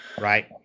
right